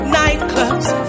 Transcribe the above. nightclubs